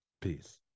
Peace